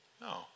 No